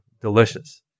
delicious